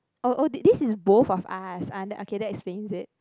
oh oh di~ this is both of us ah then okay that explains it